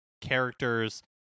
characters